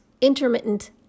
intermittent